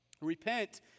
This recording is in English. Repent